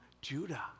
Judah